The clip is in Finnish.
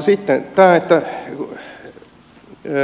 sitten